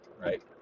right